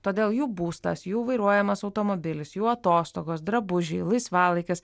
todėl jų būstas jų vairuojamas automobilis jų atostogos drabužiai laisvalaikis